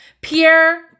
Pierre